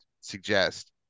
suggest